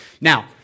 now